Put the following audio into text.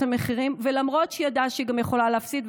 המחירים ולמרות שהיא ידעה שגם היא יכולה להפסיד,